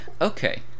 Okay